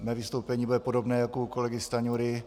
Mé vystoupení bude podobné jako u kolegy Stanjury.